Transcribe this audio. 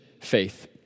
faith